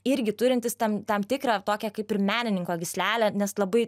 irgi turintis tam tam tikrą tokią kaip ir menininko gyslelę nes labai